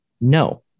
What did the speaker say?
No